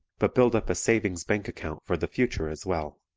but build up a savings bank account for the future as well.